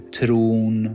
tron